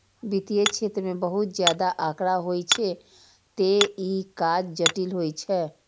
वित्तीय क्षेत्र मे बहुत ज्यादा आंकड़ा होइ छै, तें ई काज जटिल होइ छै